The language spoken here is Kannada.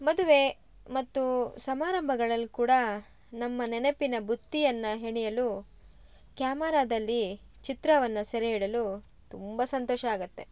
ಮದುವೆ ಮತ್ತು ಸಮಾರಂಭಗಳಲ್ಲಿ ಕೂಡ ನಮ್ಮ ನೆನಪಿನ ಬುತ್ತಿಯನ್ನು ಹೆಣೆಯಲು ಕ್ಯಾಮರಾದಲ್ಲಿ ಚಿತ್ರವನ್ನು ಸೆರೆ ಇಡಲು ತುಂಬ ಸಂತೋಷ ಆಗುತ್ತೆ